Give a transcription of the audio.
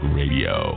radio